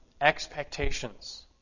expectations